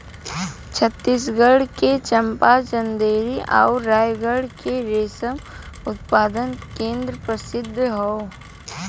छतीसगढ़ के चंपा, चंदेरी आउर रायगढ़ के रेशम उत्पादन केंद्र प्रसिद्ध हौ